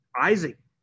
Isaac